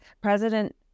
President